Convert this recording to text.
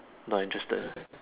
not interested